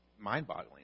mind-boggling